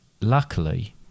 Luckily